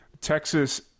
Texas